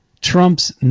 Trump's